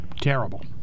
terrible